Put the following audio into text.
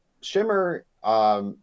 SHIMMER